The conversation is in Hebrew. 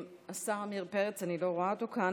השר עמיר פרץ, אני לא רואה אותו כאן.